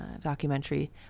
documentary